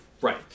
Right